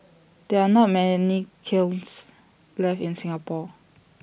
there are not many kilns left in Singapore